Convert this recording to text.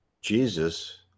Jesus